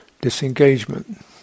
disengagement